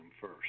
first